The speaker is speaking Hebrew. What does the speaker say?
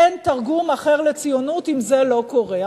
אין תרגום אחר לציונות אם זה לא קורה.